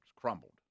crumbled